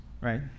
Right